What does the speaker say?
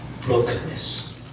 Brokenness